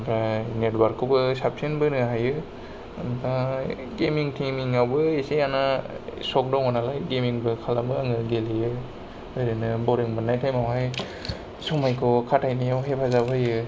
ओमफ्राय नेटवार्कखौबो साबसिन बोनो हायो ओमफ्राय गेमिं थेमिंआवबो एसे आना सक दङ नालाय गेमिंबो खालामो आङो गेलेयो ओरैनो बरिं मोननाय टाइमावहाय समायखौ खाटाइनायाव हेफाजाब होयो